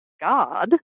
God